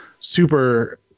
super